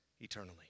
eternally